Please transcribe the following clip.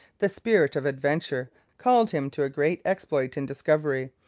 the spirit of adventure called him to a great exploit in discovery,